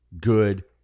good